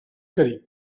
carib